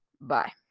Bye